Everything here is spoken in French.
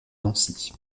nancy